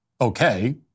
okay